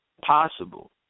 possible